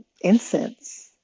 incense